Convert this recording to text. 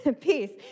peace